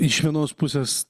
iš vienos pusės